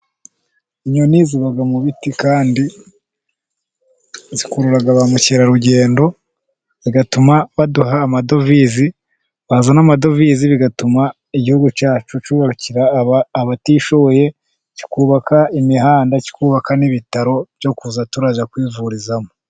Inyoni ziba mu biti, kandi zikurura ba mukerarugendo zigatuma baduha amadovize, bazana amadovize bigatuma igihugu cyacu cyubakira abatishoboye, kikubaka imihanda, kikubaka n'ibitaro byo kujya turajya kwivurizamo.